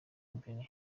mbere